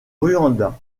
rwanda